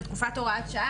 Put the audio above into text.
"תקופת הוראת השעה",